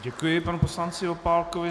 Děkuji panu poslanci Opálkovi.